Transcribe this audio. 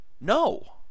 No